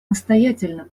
настоятельно